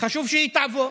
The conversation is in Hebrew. חשוב שהיא תעבור.